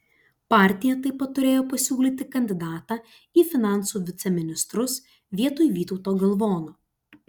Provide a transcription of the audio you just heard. partija taip pat turėjo pasiūlyti kandidatą į finansų viceministrus vietoj vytauto galvono